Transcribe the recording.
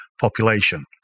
population